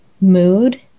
mood